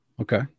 Okay